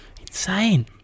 insane